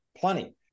Plenty